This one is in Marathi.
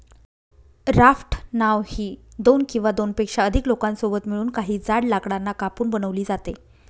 राफ्ट नाव ही दोन किंवा दोनपेक्षा अधिक लोकांसोबत मिळून, काही जाड लाकडांना कापून बनवली जाते